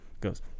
goes